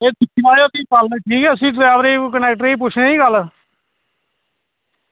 एह् सनायो भी कल्ल उस डरैबर कंडक्टर गी पुच्छना भी कल्ल